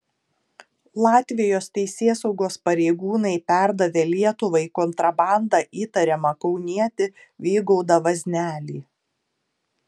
latvijos teisėsaugos pareigūnai perdavė lietuvai kontrabanda įtariamą kaunietį vygaudą vaznelį